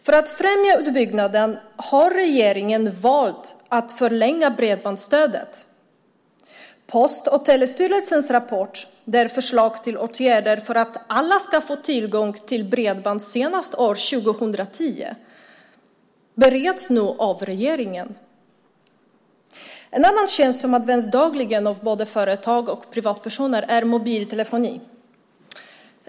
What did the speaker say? För att främja utbyggnaden har regeringen därför valt att förlänga bredbandsstödet. Post och telestyrelsens rapport, med förslag till åtgärder för att alla ska få tillgång till bredband senast år 2010, bereds nu av regeringen. En annan tjänst som används dagligen av både företag och privatpersoner är mobiltelefoni.